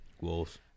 Wolves